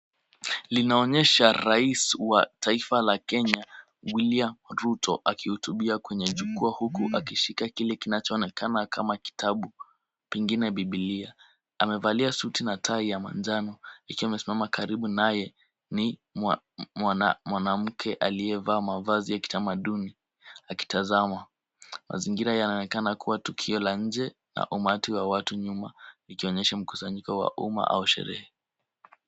Linaonyesha rais wa taifa la Kenya, William Ruto, akihutubia kwenye jukwaa huku akishika kile kinachoonekana kama kitabu, pengine biblia. Amevalia suti na tai ya manjano ikiwa amesimama karibu naye ni mwanamke aliyevaa mavazi ya kitamaduni akitazama. Mazingira yanaonekana kuwa tukio la nje na umati wa watu nyuma ikionyesha mkusanyiko wa umma au sherehe.